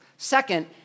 Second